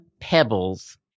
pebbles